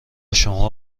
شما